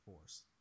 Force